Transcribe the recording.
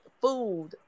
food